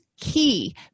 key